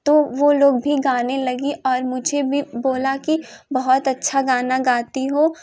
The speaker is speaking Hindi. तो वो लोग भी गाने लगीं और मुझे भी बोला कि बहुत अच्छा गाना गाती हो